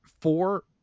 four